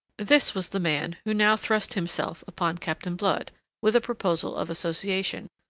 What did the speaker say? this was the man who now thrust himself upon captain blood with a proposal of association,